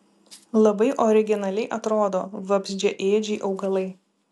labai originaliai atrodo vabzdžiaėdžiai augalai